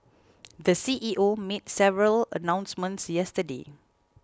the C E O made several announcements yesterday